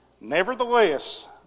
nevertheless